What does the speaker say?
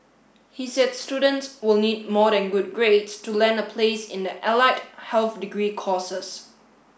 he said students will need more than good grades to land a place in the allied health degree courses